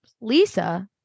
Lisa